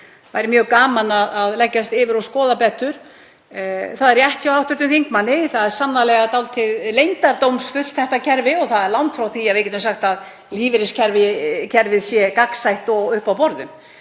sem væri mjög gaman að leggjast yfir og skoða betur. Það er rétt hjá hv. þingmanni að það er sannarlega dálítið leyndardómsfullt þetta kerfi og langt frá því að við getum sagt að lífeyriskerfið sé gagnsætt og uppi á borðum.